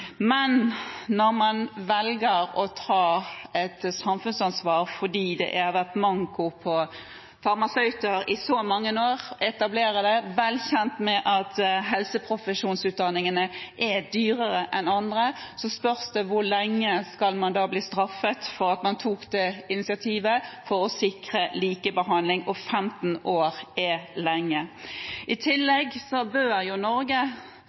Men når man velger å ta et samfunnsansvar fordi det har vært manko på farmasøyter i så mange år, og etablerer studieplasser, vel kjent med at helseprofesjonsutdanningene er dyrere enn andre, spørs det hvor lenge man skal bli straffet for at man tok dette initiativet, for å sikre likebehandling. 15 år er lenge. I tillegg bør Norge